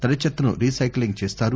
పొడిచెత్తను recycling చేస్తారు